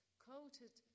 coated